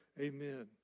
Amen